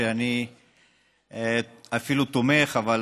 שאני אפילו תומך בהם,